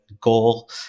goal